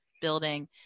building